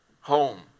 home